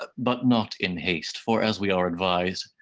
but but not in haste for as we are advised,